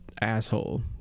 asshole